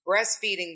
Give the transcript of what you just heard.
breastfeeding